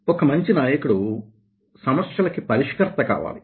ఒక మంచి నాయకుడు సమస్యలకి పరిష్కర్త కావాలి